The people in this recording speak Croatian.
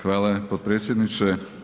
Hvala potpredsjedniče.